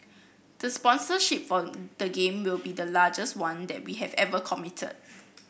the sponsorship for the Game will be the largest one that we have ever committed